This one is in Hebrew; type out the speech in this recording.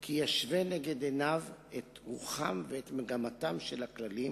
כי ישווה נגד עיניו את רוחם ואת מגמתם של הכללים